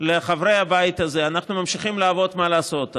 לחברי הבית הזה, אנחנו ממשיכים לעבוד, מה לעשות.